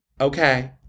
Okay